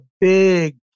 big